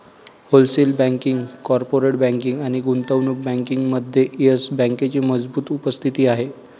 wholesale banking, corporate banking आणि गुंतवणूक बँकिंगमध्ये येस बँकेची मजबूत उपस्थिती आहे